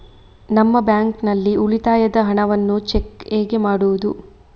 ನಮ್ಮ ಬ್ಯಾಂಕ್ ನಲ್ಲಿ ಉಳಿತಾಯದ ಹಣವನ್ನು ಚೆಕ್ ಹೇಗೆ ಮಾಡುವುದು?